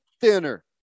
thinner